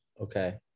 Okay